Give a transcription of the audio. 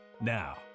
Now